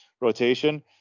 rotation